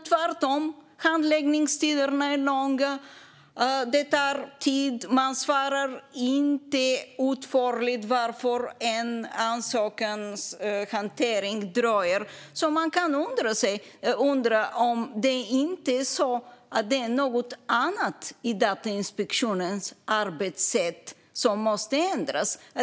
Tvärtom är handläggningstiderna fortsatt långa. Det tar tid, och man svarar inte utförligt på varför det dröjer med hanteringen av en ansökan. Man kan undra om det inte är något annat i Datainspektionens arbetssätt som måste ändras.